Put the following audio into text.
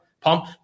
pump